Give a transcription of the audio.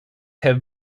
have